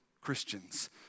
Christians